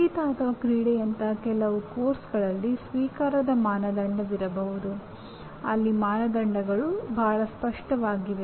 ಸಂಗೀತ ಅಥವಾ ಕ್ರೀಡೆಯಂತಹ ಕೆಲವು ಪಠ್ಯಕ್ರಮಗಳಲ್ಲಿ ಸ್ವೀಕಾರದ ಮಾನದಂಡವಿರಬಹುದು ಅಲ್ಲಿ ಮಾನದಂಡಗಳು ಬಹಳ ಸ್ಪಷ್ಟವಾಗಿವೆ